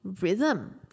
rhythm